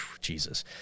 Jesus